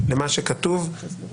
אין אף אישה בתפקיד מנכ"ל משרד ממשלתי,